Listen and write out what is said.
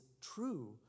true